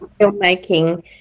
filmmaking